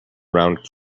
round